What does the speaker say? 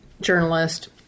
journalist